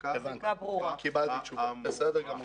המזכה בתקופה האמורה.